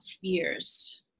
years